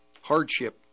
hardship